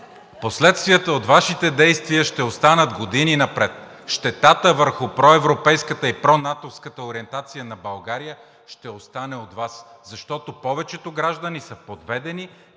на стената във всяка църква – ще останат години напред. Щетата върху проевропейската и пронатовската ориентация на България ще остане от Вас. Защото повечето граждани са подведени,